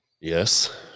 Yes